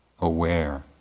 aware